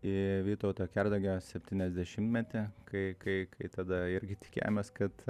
į vytauto kernagio septyniasdešimtmetį kai kai kai tada irgi tikėjomės kad